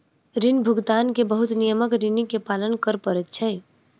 ऋण भुगतान के बहुत नियमक ऋणी के पालन कर पड़ैत छै